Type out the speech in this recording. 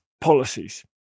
policies